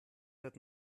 wird